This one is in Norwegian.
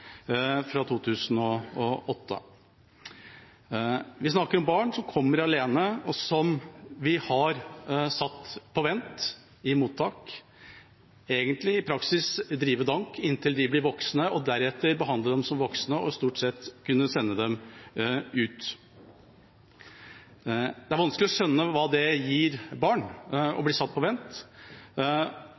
fra 2008. Vi snakker om barn som kommer alene, og som vi har satt på vent i mottak, i praksis egentlig til å drive dank inntil de blir voksne, for deretter å behandle dem som voksne og stort sett kunne sende dem ut. Det er vanskelig å skjønne hva det gir barn å bli satt på vent,